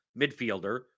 midfielder